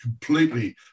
completely